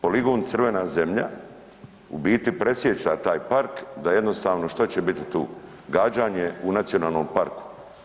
Poligon „Crvena zemlja“ u biti presijeca taj park da jednostavno što će biti tu gađanje u nacionalnom parku?